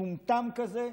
מטומטם כזה,